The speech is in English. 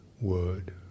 word